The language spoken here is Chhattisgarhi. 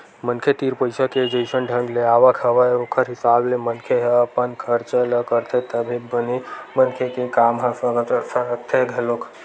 मनखे तीर पइसा के जइसन ढंग ले आवक हवय ओखर हिसाब ले मनखे ह अपन खरचा ल करथे तभे बने मनखे के काम ह सरकथे घलोक